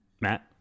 Matt